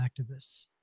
activists